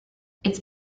its